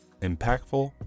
impactful